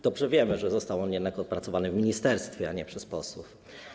Dobrze wiemy, że został on jednak opracowany w ministerstwie, a nie przez posłów.